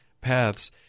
paths